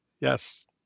Yes